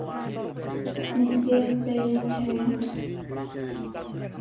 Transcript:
ᱢᱤᱫᱜᱮᱞ ᱯᱮ ᱡᱷᱮᱸᱴ